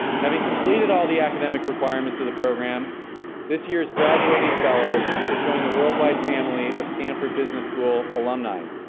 having completed all the academic requirements of the program this years graduating fellows will join the world wide family of stanford business school alumni.